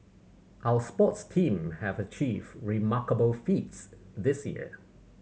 our sports team have achieved remarkable feats this year